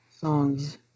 songs